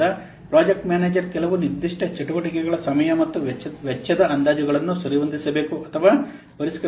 ಆದ್ದರಿಂದ project manager ಕೆಲವು ನಿರ್ದಿಷ್ಟ ಚಟುವಟಿಕೆಗಳ ಸಮಯ ಮತ್ತು ವೆಚ್ಚದ ಅಂದಾಜುಗಳನ್ನು ಸರಿಹೊಂದಿಸಬೇಕು ಅಥವಾ ಪರಿಷ್ಕರಿಸಬೇಕು